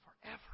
forever